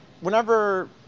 whenever